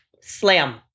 slam